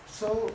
so